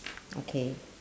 okay